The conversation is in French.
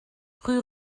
rue